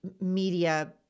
media